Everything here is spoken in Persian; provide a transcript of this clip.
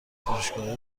فروشگاه